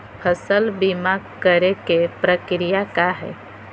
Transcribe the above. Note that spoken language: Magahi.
फसल बीमा करे के प्रक्रिया का हई?